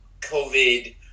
COVID